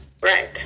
Right